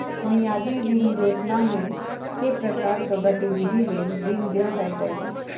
मियादी ऋण योजनामे केँ प्रकारक गतिविधि लेल ऋण देल जाइत अछि